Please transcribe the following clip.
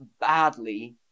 badly